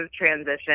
transition